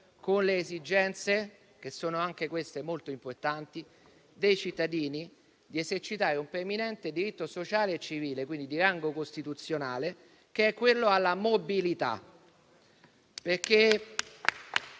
con le esigenze dei cittadini - anche queste molto importanti - di esercitare un preminente diritto sociale e civile, quindi di rango costituzionale, che è quello alla mobilità